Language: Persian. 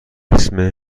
اسم